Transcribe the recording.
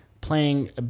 playing